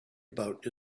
about